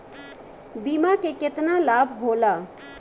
बीमा के केतना लाभ होला?